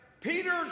Peter's